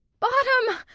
bottom!